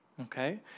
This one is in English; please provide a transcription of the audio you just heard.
Okay